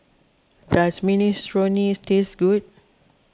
does Minestrone taste good